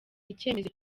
icyemezo